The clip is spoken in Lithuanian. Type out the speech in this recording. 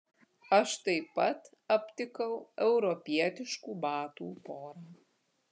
aš taip pat aptikau europietiškų batų porą